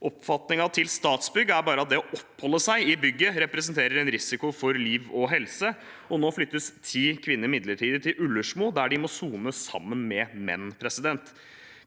Oppfatningen til Statsbygg er at bare det å oppholde seg i bygget representerer en risiko for liv og helse. Nå flyttes ti kvinner midlertidig til Ullersmo, der de må sone sammen med menn.